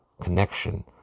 connection